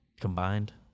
Combined